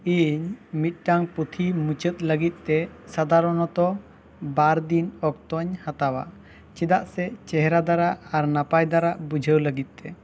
ᱤᱧ ᱢᱤᱫᱴᱟᱝ ᱯᱩᱛᱷᱤ ᱢᱩᱪᱟᱹᱫ ᱞᱟᱹᱜᱤᱫ ᱛᱮ ᱥᱟᱫᱷᱟᱨᱚᱱᱛᱚ ᱵᱟᱨ ᱫᱤᱱ ᱚᱠᱛᱚᱧ ᱦᱟᱛᱟᱣᱟ ᱪᱮᱫᱟᱜ ᱥᱮ ᱪᱮᱦᱨᱟ ᱫᱷᱟᱨᱟ ᱟᱨ ᱱᱟᱯᱟᱭ ᱫᱷᱟᱨᱟ ᱵᱩᱡᱷᱟᱹᱣ ᱞᱟᱹᱜᱤᱫ ᱛᱮ